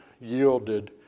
yielded